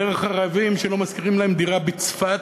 דרך ערבים, שלא משכירים להם דירה בצפת,